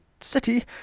city